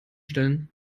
stellen